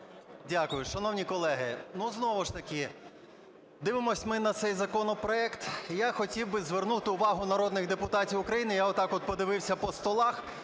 Дякую. Шановні колеги! Знову ж таки, дивимося ми на цей законопроект, я хотів би звернути увагу народних депутатів України, я отак от подивився по столах: